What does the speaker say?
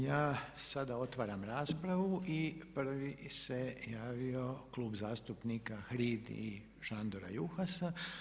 Ja sada otvaram raspravu i prvi se javio Klub zastupnika HRID i Šandora Juhasa.